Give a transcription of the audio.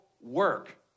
work